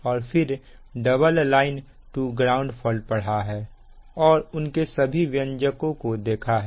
और फिर double line to ground fault पढ़ा है और उनके सभी व्यंजको को देखा है